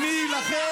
עם מי נילחם?